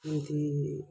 ଏମିତି